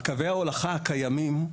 קווי ההולכה הקיימים,